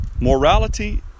Morality